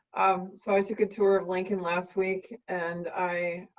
um so, took a tour of lincoln last week, and i